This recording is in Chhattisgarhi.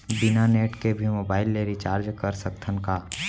बिना नेट के भी मोबाइल ले रिचार्ज कर सकत हन का?